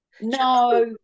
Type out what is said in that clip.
no